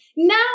Now